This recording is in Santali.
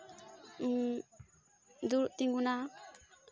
ᱫᱩᱲᱩᱵ ᱛᱤᱜᱩᱱᱟ